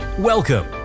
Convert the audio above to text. Welcome